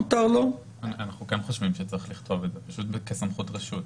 מותר לו --- אנחנו כן חושבים שצריך לכתוב את זה פשוט כסמכות רשות.